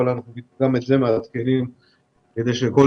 אבל גם את זה אנחנו מעדכנים כדי שכל